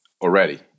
already